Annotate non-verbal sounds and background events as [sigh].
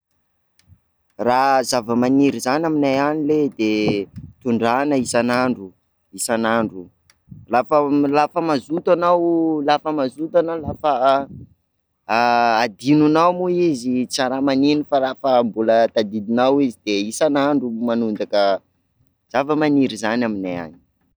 Raha zava-maniry zany aminay any ley de tondrahana isan'andro, isan'andro, la fa- la fa mazoto anao- la fa mazoto anao, la fa [hesitation] hadinonao moa izy tsa raha manino, fa raha fa mbola tadidinao izy de isan'andro manondraka zava-maniry zany aminay any.